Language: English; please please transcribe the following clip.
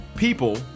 People